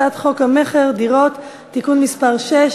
הצעת חוק המכר (דירות) (תיקון מס' 6),